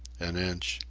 an inch.